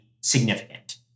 significant